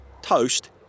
Toast